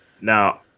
Now